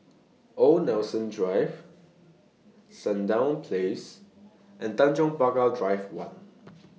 Old Nelson Drive Sandown Place and Tanjong Pagar Drive one